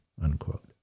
unquote